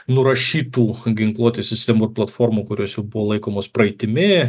nurašytų ginkluotų sistemų ir platformų kurios jau buvo laikomos praeitimi